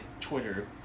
Twitter